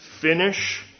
finish